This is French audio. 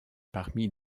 parmi